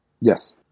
Yes